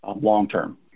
long-term